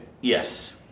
Yes